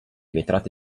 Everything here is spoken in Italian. vetrate